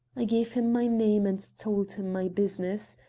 i gave him my name and told him my business.